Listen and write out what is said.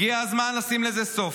הגיע הזמן לשים לזה סוף.